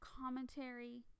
commentary